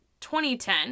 2010